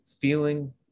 feeling